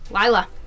Lila